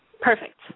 Perfect